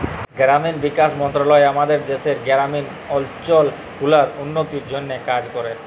গেরামিল বিকাশ মলত্রলালয় আমাদের দ্যাশের গেরামিল অলচল গুলার উল্ল্য তির জ্যনহে কাজ ক্যরে